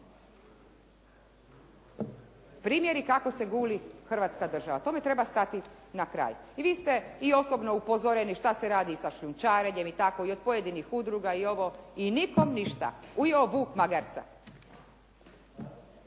Primjer i kako se guli Hrvatska država, tome treba stati na kraj. I vi ste i osobno upozoreni šta se radi i sa šljunčarenjem i tako i od pojedinih udruga i ovo i nikome ništa, "ujeo vuk magarca".